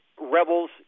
rebels